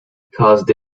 caused